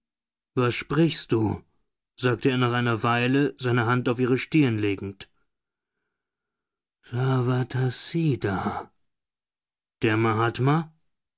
was sprichst du sagte er nach einer weile seine hand auf ihre stirn legend sarwatassida der mahatma